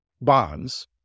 bonds